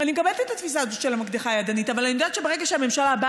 אני מקבלת את התפיסה הזאת של המקדחה הידנית.